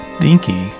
Dinky